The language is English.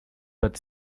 but